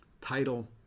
Title